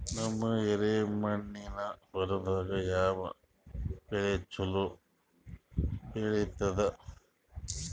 ನಮ್ಮ ಎರೆಮಣ್ಣಿನ ಹೊಲದಾಗ ಯಾವ ಬೆಳಿ ಚಲೋ ಬೆಳಿತದ?